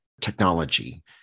technology